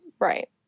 Right